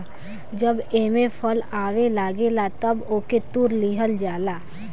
जब एमे फल आवे लागेला तअ ओके तुड़ लिहल जाला